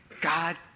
God